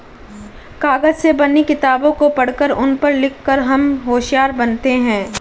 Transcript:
कागज से बनी किताबों को पढ़कर उन पर लिख कर हम होशियार बनते हैं